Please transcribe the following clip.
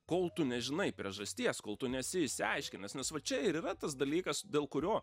kol tu nežinai priežasties kol tu nesi išsiaiškinęs nes va čia ir yra tas dalykas dėl kurio